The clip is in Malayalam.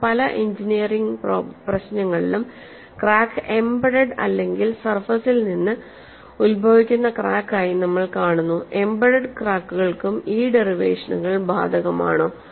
എന്നാൽ പല എഞ്ചിനീയറിംഗ് പ്രശ്നങ്ങളിലും ക്രാക്ക് എംബെഡഡ് അല്ലെങ്കിൽ സർഫസിൽ നിന്ന് ഉത്ഭവിക്കുന്ന ക്രാക്ക് ആയി നമ്മൾ കാണുന്നു എംബെഡഡ് ക്രാക്കുകൾക്കും ഈ ഡെറിവേഷനുകൾ ബാധകമാണോ